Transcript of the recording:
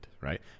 right